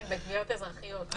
כן, בתביעות אזרחיות.